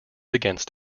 against